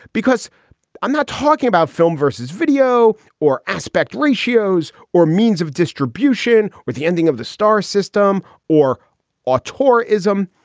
because i'm not talking about film versus video or aspect ratios or means of distribution with the ending of the star system or auteur ism,